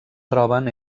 troben